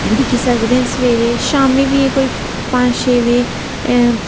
दिक्खी सकदे ना सवेरे शामी बी ऐ कोई पंज छे बजे